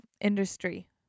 industry